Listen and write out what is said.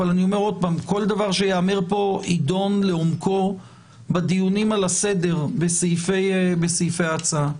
אבל כל דבר שייאמר פה יידון לעומקו בדיונים על הסדר בסעיפי ההצעה.